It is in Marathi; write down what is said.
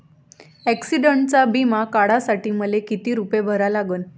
ॲक्सिडंटचा बिमा काढा साठी मले किती रूपे भरा लागन?